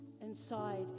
inside